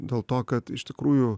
dėl to kad iš tikrųjų